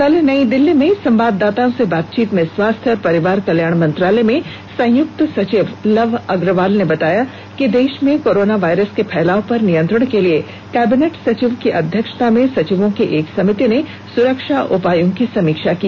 कल नई दिल्ली में संवाददाताओं से बातचीत में स्वास्थ्य और परिवार कल्याण मंत्रालय में संयुक्त सचिव लव अग्रवाल ने बताया कि देश में कोरोना वायरस के फैलाव पर नियंत्रण के लिए कैबिनेट सचिव की अध्यक्षता में सचिवों की एक समिति ने सुरक्षा उपायों की समीक्षा की